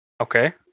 Okay